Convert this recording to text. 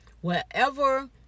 wherever